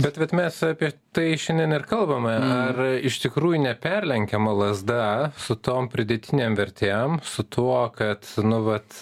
bet vat mes apie tai šiandien ir kalbame ar iš tikrųjų neperlenkiama lazda su tom pridėtinėm vertėm su tuo kad nu vat